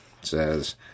says